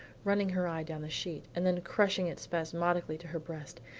running her eye down the sheet, and then crushing it spasmodically to her breast.